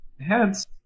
heads